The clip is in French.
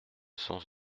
sens